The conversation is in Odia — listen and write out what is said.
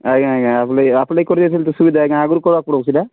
ଆଜ୍ଞା ଆଜ୍ଞା ଆପ୍ଲାଏ ଆପ୍ଲାଏ କରି ଯାଇଥିଲୁ ତ ସୁବିଧା ଆଜ୍ଞା ଆଗୁରୁ କ'ଣ କହୁଥିଲା